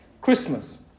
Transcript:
Christmas